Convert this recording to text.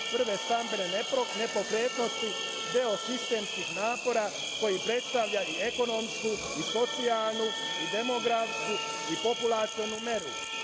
prve stambene nepokretnosti deo sistemskih napora koji predstavlja i ekonomsku i socijalnu i demografsku i populacionu meru.